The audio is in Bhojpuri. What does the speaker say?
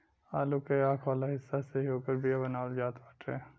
आलू के आंख वाला हिस्सा से ही ओकर बिया बनावल जात बाटे